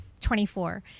24